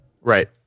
Right